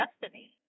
destiny